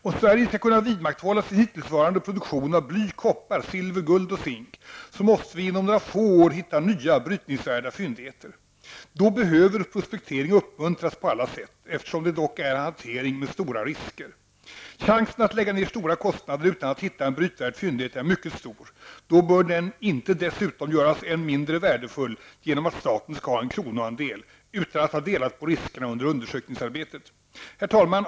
Om Sverige skall kunna vidmakthålla sin hittillsvarande produktion av bly, koppar, silver, guld och zink, måste vi inom några få år hitta nya brytningsvärda fyndigheter. Då behöver prospektering uppmuntras på alla sätt, eftersom det dock är en hantering med stora risker. Chansen att lägga ned stora kostnader utan att hitta en brytvärd fyndighet är mycket stor. Då bör den inte dessutom göras än mindre värdefull genom att staten skall ha en kronoandel, utan att ha delat på riskerna under undersökningsarbetet. Herr talman!